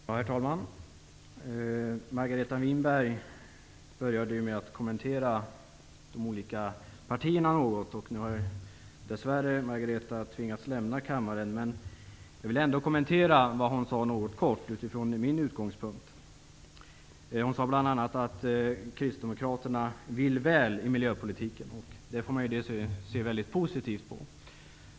Herr talman! Margareta Winberg började med att kommentera de olika partierna. Nu har dess värre Men jag vill ändå något från min utgångspunkt kommentera vad hon sade. Margareta Winberg sade bl.a. att kristdemokraterna vill väl i miljöpolitiken. Det får man se positivt på.